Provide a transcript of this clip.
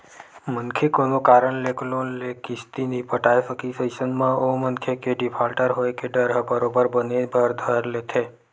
मनखे कोनो कारन ले लोन के किस्ती नइ पटाय सकिस अइसन म ओ मनखे के डिफाल्टर होय के डर ह बरोबर बने बर धर लेथे